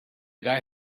guy